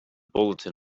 bulletin